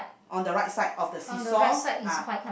on the right side of the seesaw ah